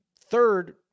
Third